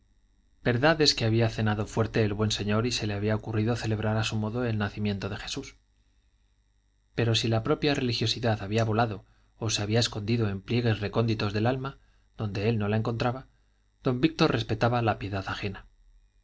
es que había cenado fuerte el buen señor y se le había ocurrido celebrar a su modo el nacimiento de jesús pero si la propia religiosidad había volado o se había escondido en pliegues recónditos del alma donde él no la encontraba don víctor respetaba la piedad ajena